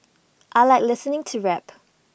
I Like listening to rap